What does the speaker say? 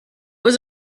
was